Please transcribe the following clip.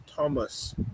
Thomas